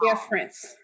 difference